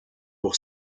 pour